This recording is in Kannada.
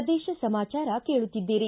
ಪ್ರದೇಶ ಸಮಾಚಾರ ಕೇಳುತ್ತಿದ್ದೀರಿ